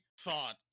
thought